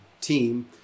team